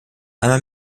einmal